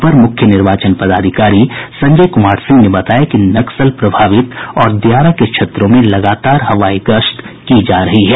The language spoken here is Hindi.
अपर मुख्य निर्वाचन पदाधिकारी संजय कुमार सिंह ने बताया कि नक्सल प्रभावित और दियारा को क्षेत्रों में लगातार हवाई गश्त की जा रही है